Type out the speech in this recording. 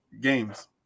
games